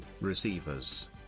receivers